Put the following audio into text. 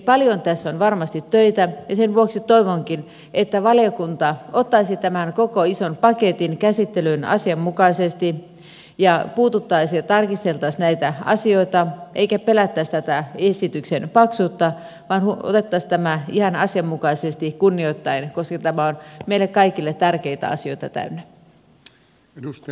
paljon tässä on varmasti töitä ja sen vuoksi toivonkin että valiokunta ottaisi tämän koko ison paketin käsittelyyn asianmukaisesti ja puututtaisiin ja tarkisteltaisiin näitä asioita eikä pelättäisi tätä esityksen paksuutta vaan otettaisiin tämä ihan asianmukaisesti kunnioittaen koska tämä on meille kaikille tärkeitä asioita täynnä